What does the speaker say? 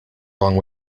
wrong